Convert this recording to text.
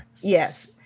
Yes